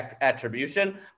attribution